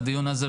בדיון הזה,